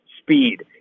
speed